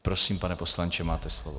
Prosím, pane poslanče, máte slovo.